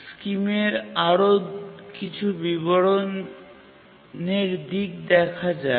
স্কিমের আরও কিছু বিবরণের দিক দেখা যাক